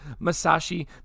Masashi